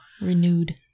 renewed